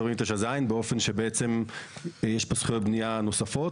49(ז) באופן שבעצם יש פה זכויות בנייה נוספות.